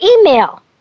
email